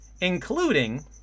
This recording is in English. including